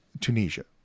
Tunisia